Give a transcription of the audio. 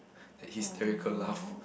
hysterical laugh